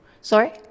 Sorry